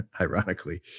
ironically